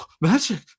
magic